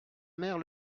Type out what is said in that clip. mère